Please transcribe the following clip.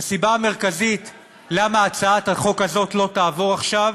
הסיבה המרכזית לכך שהצעת החוק הזאת לא תעבור עכשיו